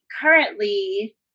currently